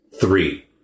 Three